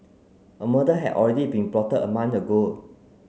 a murder had already been plotted a month ago